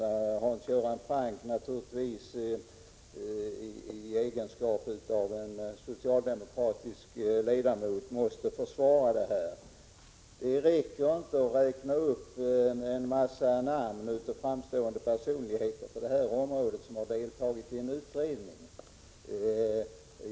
Jag förstår att Hans Göran Franck i egenskap av socialdemokratisk ledamot måste försvara detta, men det räcker inte att räkna upp en mängd namn på framstående personer som deltagit i en utredning.